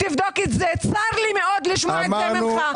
צר לי מאוד לשמוע אותך.